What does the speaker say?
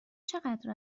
چقدر